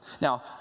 Now